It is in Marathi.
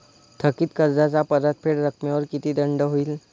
थकीत कर्जाच्या परतफेड रकमेवर किती दंड होईल?